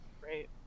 Great